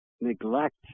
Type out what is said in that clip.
neglect